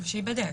או שייבדק.